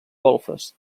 golfes